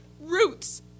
roots